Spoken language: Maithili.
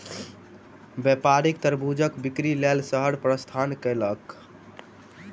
व्यापारी तरबूजक बिक्री लेल शहर प्रस्थान कयलक